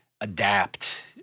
adapt